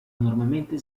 enormemente